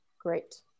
Great